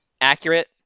accurate